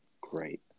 great